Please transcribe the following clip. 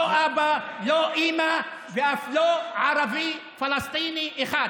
לא אבא, לא אימא ואף לא ערבי פלסטיני אחד.